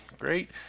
Great